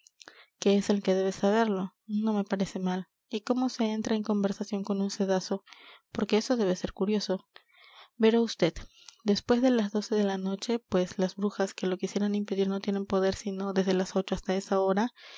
es el que debe saberlo no me parece mal y cómo se entra en conversación con un cedazo porque eso debe de ser curioso verá usted después de las doce de la noche pues las brujas que lo quisieran impedir no tienen poder sino desde las ocho hasta esa hora